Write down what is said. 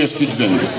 citizens